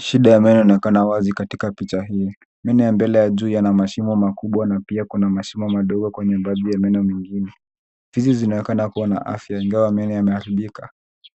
Shida ya meno inaonekana wazi katika picha hii. Meno ya mbele ya juu yana mashimo makubwa na pia kuna mashimo kwenye baadhi ya meno mengine. Fizi zinaonekana kuwa na afya ingawa meno yameharibika.